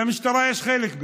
למשטרה יש חלק בכך,